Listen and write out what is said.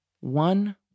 one